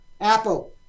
Apple